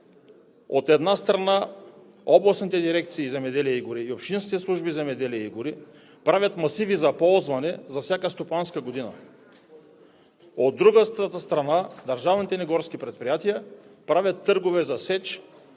От една страна, областните дирекции „Земеделие и гори“ и общинските служби „Земеделие и гори“ правят масиви за ползване за всяка стопанска година. От друга страна, държавните ни горски предприятия правят търгове за сеч